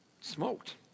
smoked